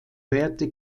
werde